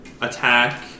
Attack